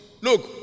Look